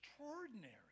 extraordinary